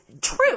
true